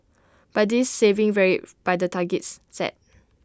but this saving varied by the targets set